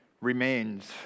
remains